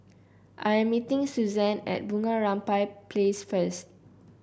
I am meeting Suzann at Bunga Rampai Place first